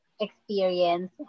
experience